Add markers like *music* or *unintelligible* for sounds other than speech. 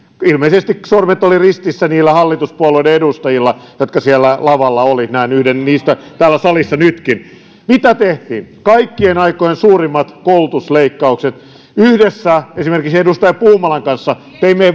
ilmeisesti sormet olivat ristissä niillä hallituspuolueiden edustajilla jotka siellä lavalla olivat näen yhden heistä täällä salissa nytkin mitä tehtiin kaikkien aikojen suurimmat koulutusleikkaukset yhdessä esimerkiksi edustaja puumalan kanssa teimme *unintelligible*